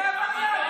איזה עבריין?